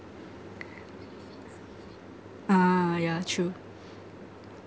ah yeah true